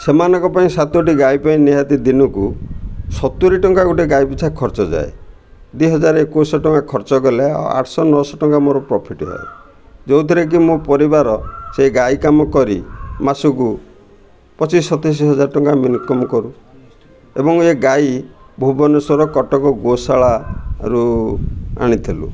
ସେମାନଙ୍କ ପାଇଁ ସାତୋଟି ଗାଈ ପାଇଁ ନିହାତି ଦିନକୁ ସତୁରୀ ଟଙ୍କା ଗୋଟେ ଗାଈ ପିଛା ଖର୍ଚ୍ଚ ଯାଏ ଦୁଇ ହଜାର ଏକୋଇଶିଶହ ଟଙ୍କା ଖର୍ଚ୍ଚ ଗଲେ ଆଉ ଆଠଶହ ନଅଶହ ଟଙ୍କା ମୋର ପ୍ରଫିଟ୍ ହୁଏ ଯେଉଁଥିରେ କି ମୋ ପରିବାର ସେ ଗାଈ କାମ କରି ମାସକୁ ପଚିଶ ସତେଇଶି ହଜାର ଟଙ୍କା ଆମେ ଇନକମ୍ କରୁ ଏବଂ ଏ ଗାଈ ଭୁବନେଶ୍ୱର କଟକ ଗୋଶାଳାରୁ ଆଣିଥିଲୁ